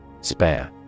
Spare